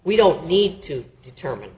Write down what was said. we don't need to determine